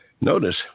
Notice